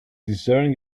discern